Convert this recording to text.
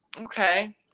Okay